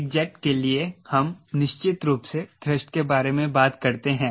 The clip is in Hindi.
एक जेट के लिए हम निश्चित रूप से थ्रस्ट के बारे में बात करते हैं